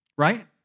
Right